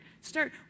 start